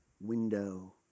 window